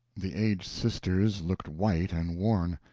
the aged sisters looked white and worn,